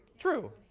true.